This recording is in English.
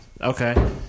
Okay